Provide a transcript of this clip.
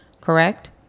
Correct